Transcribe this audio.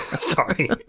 Sorry